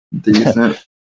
decent